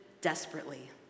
desperately